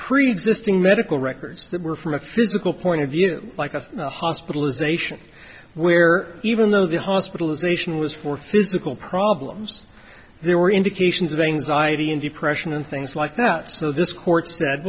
preexisting medical records that were from a physical point of view like a hospitalization where even though the hospitalization was for physical problems there were indications of anxiety and depression and things like that so this court